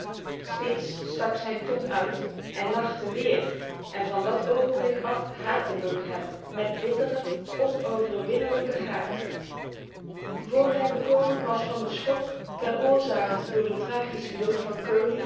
spitz stak zijn tong uit en lachte weer en van dat ogenblik af haatte buck hem met bittere onoverwinnelijke haat voor hij bekomen was van de schok veroorzaakt door de tragische dood van curly